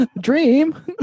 dream